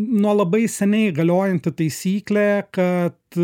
nuo labai seniai galiojanti taisyklė kad